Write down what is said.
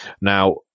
Now